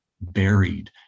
buried